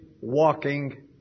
walking